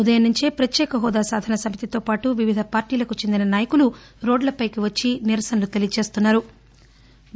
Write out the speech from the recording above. ఉదయం నుంచే ప్రత్యేకహోదా సాధన సమితితో పాటు వివిధ పార్టీలకు చెందిన నాయకులు రోడ్లపైకి వచ్చి నిరసనలు తెలిపారు